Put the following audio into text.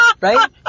Right